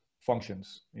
functions